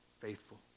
faithful